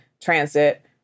transit